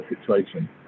situation